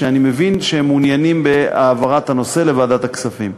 ואני מבין שהם מעוניינים בהעברת הנושא לוועדת הכספים.